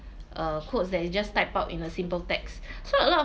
err quotes that you just type out in a simple text so a lot of